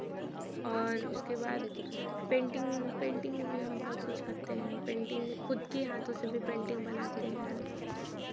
और उसके बाद पेंटिंग पेंटिंग में भी हम बहुत कुछ करते हैं पेंटिंग में खुद की हाथों से भी पेंटिंग बनाते हैं